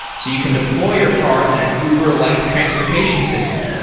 so you can deploy your cars in an uber-like transportation system.